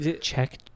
Check